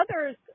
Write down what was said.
others